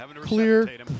Clear